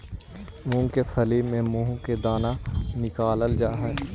मूंग के फली से मुंह के दाना निकालल जा हई